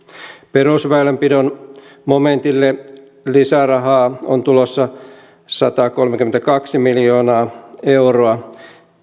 perusväylänpidon momentille lisärahaa on tulossa satakolmekymmentäkaksi miljoonaa euroa